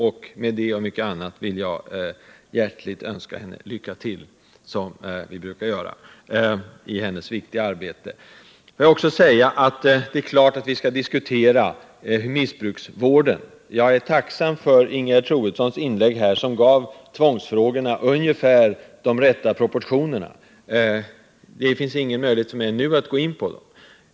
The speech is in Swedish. Och med detta och mycket annat vill jag hjärtligt önska henne lycka till i hennes viktiga arbete. Det är klart att vi skall diskutera formerna för missbruksvården. Jag är tacksam för Ingegerd Troedssons inlägg här, som gav tvångsfrågorna ungefär de rätta proportionerna. Det finns ingen möjlighet för mig att nu gå in på dem.